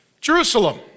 Jerusalem